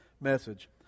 message